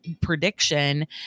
prediction